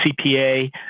CPA